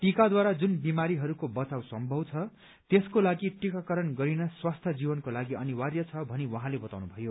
टिकाद्वारा जुन बिमारीहरूको बचाउ सम्भव छ त्यसको लागि टिकाकरण गरिने स्वास्थ्य जीवनको लागि अनिवार्य छ भनी उहाँले बताउनु भयो